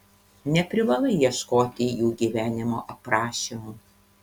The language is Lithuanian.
neprivalai ieškoti jų gyvenimo aprašymų